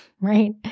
right